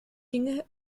ginge